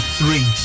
three